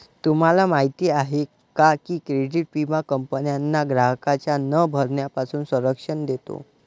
तुम्हाला माहिती आहे का की क्रेडिट विमा कंपन्यांना ग्राहकांच्या न भरण्यापासून संरक्षण देतो